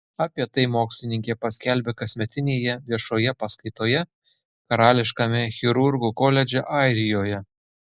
apie tai mokslininkė paskelbė kasmetinėje viešoje paskaitoje karališkame chirurgų koledže airijoje